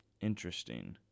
Interesting